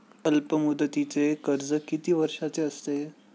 अल्पमुदतीचे कर्ज किती वर्षांचे असते?